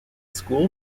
school